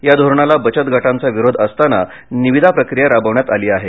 या धोरणाला बचत गटाचा विरोध असताना निविदा प्रकिया राबवण्यात आली आहे